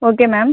okay ma'am